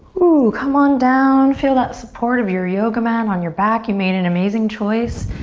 ooh, come on down, feel that support of your yoga mat on your back, you made an amazing choice.